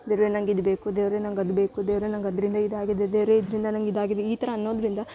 ದೇವರೇ ನಂಗೆ ಇದು ಬೇಕು ದೇವರೇ ನಂಗೆ ಅದು ಬೇಕು ದೇವರೇ ನಂಗೆ ಅದರಿಂದ ಇದಾಗಿದೆ ದೇವರೇ ಇದರಿಂದ ನಂಗೆ ಇದಾಗಿದೆ ಈ ಥರ ಅನ್ನೋದರಿಂದ